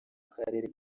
karere